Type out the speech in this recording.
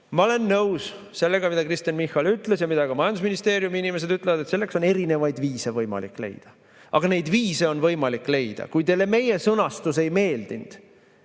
Ma olen nõus sellega, mida Kristen Michal ütles ja mida ka majandusministeeriumi inimesed ütlevad: et selleks on erinevaid viise võimalik leida. Neid viise on võimalik leida! Kui teile meie sõnastus ei meeldinud,